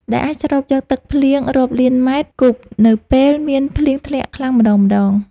ដែលអាចស្រូបយកទឹកភ្លៀងរាប់លានម៉ែត្រគូបនៅពេលមានភ្លៀងធ្លាក់ខ្លាំងម្តងៗ។